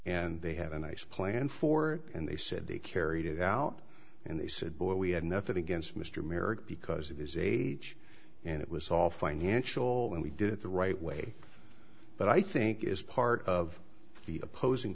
and they had a nice plan for and they said they carried it out and they said boy we had nothing against mr merrick because of his age and it was all financial and we did it the right way but i think is part of the opposing